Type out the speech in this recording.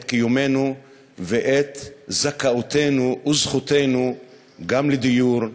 את קיומנו ואת זכאותנו וזכותנו גם לדיור,